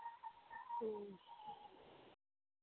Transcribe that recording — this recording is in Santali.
ᱦᱮᱸ